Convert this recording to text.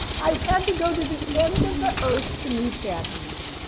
i had to go to the end of the earth to meet that man.